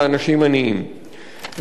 והביקורת האחרונה,